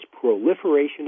proliferation